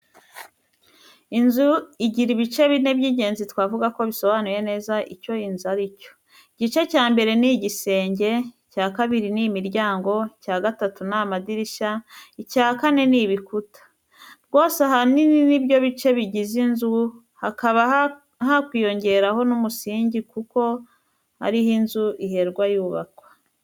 Inzu igira ibice bine by'ingenzi twavuga ko bisobanuye neza icyo inzu ari cyo. Igice cya mbere n'igisenge, icya kabiri n'imiryango, icya gatatu n'amadirishya, icya kane n'ibikuta. Rwose ahanini nibyo bice bigize inzu hakaba hakwiyongeraho n'umusingi kuko ariho inzu iherwa yubakwa.